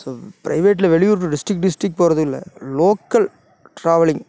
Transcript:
so பிரைவேட்டில் வெளியூர் district district போறதில்லை லோக்கல் டிராவலிங்